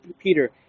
Peter